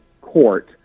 court